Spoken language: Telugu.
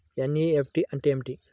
ఎన్.ఈ.ఎఫ్.టీ అంటే ఏమిటీ?